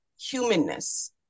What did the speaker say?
humanness